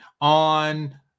on